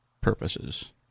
purposes